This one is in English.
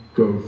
go